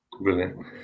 Brilliant